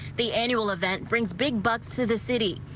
the annual event brings big bucks to the city.